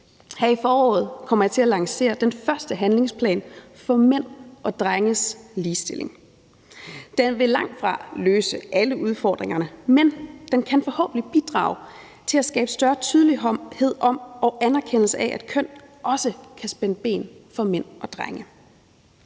Her i foråret kommer jeg til at lancere den første handlingsplan for mænds og drenges ligestilling. Den vil langtfra løse alle udfordringerne, men den kan forhåbentlig bidrage til at skabe større tydelighed om og anerkendelse af, at køn også kan spænde ben for mænd og drenge.